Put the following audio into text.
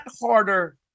harder